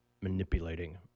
manipulating